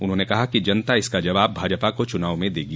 उन्होंने कहा कि जनता इसका जवाब भाजपा को चुनाव में देगी